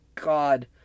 God